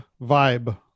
vibe